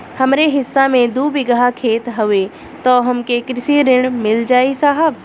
हमरे हिस्सा मे दू बिगहा खेत हउए त हमके कृषि ऋण मिल जाई साहब?